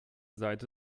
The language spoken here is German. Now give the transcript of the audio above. seite